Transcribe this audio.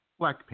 Blackpink